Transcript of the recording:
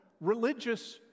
religious